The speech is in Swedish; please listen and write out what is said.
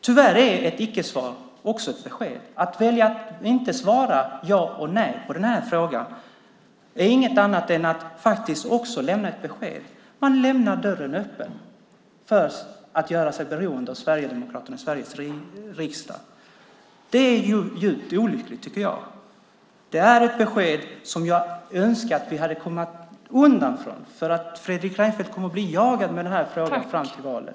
Tyvärr är ett icke-svar också ett besked. Att välja att inte svara ja eller nej på frågan är inget annat än att lämna ett besked. Man lämnar dörren öppen för att göra sig beroende av Sverigedemokraterna i Sveriges riksdag. Det är djupt olyckligt. Det är ett besked som jag önskar att vi hade kommit undan från. Fredrik Reinfeldt kommer att bli jagad med den här frågan fram till valet.